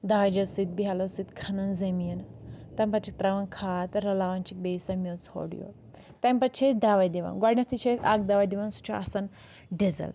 داجو سۭتۍ بیلو سۭتۍ کھَنان زٔمیٖن تمہِ پتہٕ چھِکھ ترٛاوان کھاد رَلاوان چھِکھ بیٚیہِ سۄ میٚژ ہورٕ یور تمہِ پتہٕ چھِ أسۍ دَوا دِوان گۄڈنؠتھٕے چھِ أسۍ اَکھ دَوا دِوان سُہ چھُ آسان ڈِزَل